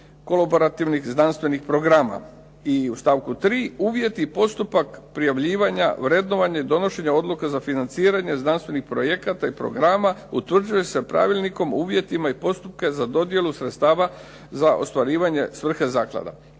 kolaborativnih znanstvenih programa". I u stavku 3. "Uvjet i postupak prijavljivanja, vrednovanja i donošenja odluka za financiranje znanstvenih projekata i programa utvrđuje se Pravilnikom o uvjetima i postupke za dodjelu sredstava za ostvarivanje svrhe zaklada".